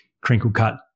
crinkle-cut